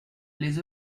les